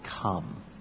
come